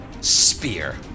spear